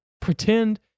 pretend